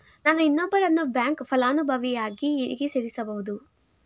ನಾನು ಇನ್ನೊಬ್ಬರನ್ನು ಬ್ಯಾಂಕ್ ಫಲಾನುಭವಿಯನ್ನಾಗಿ ಹೇಗೆ ಸೇರಿಸಬಹುದು?